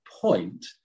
point